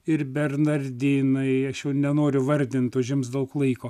ir bernardinai aš jau nenoriu vardinti užims daug laiko